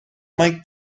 mae